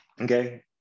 okay